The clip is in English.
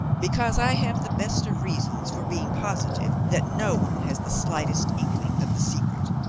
because i have the best of reasons for being positive that no one has the slightest inkling of the secret,